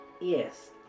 Yes